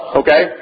okay